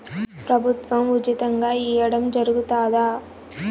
ప్రభుత్వం ఉచితంగా ఇయ్యడం జరుగుతాదా?